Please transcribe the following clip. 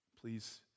Please